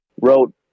wrote